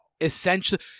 essentially